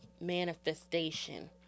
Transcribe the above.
manifestation